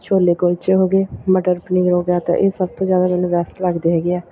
ਛੋਲੇ ਕੁਲਚੇ ਹੋ ਗਏ ਮਟਰ ਪਨੀਰ ਹੋ ਗਿਆ ਤਾਂ ਇਹ ਸਭ ਤੋਂ ਜ਼ਿਆਦਾ ਮੈਨੂੰ ਬੈਸਟ ਲੱਗਦੇ ਹੈਗੇ ਆ